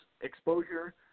exposure